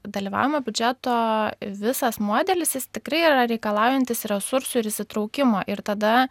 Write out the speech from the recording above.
dalyvaujamo biudžeto visas modelis jis tikrai yra reikalaujantis resursų ir įsitraukimo ir tada